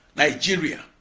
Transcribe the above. nigeria,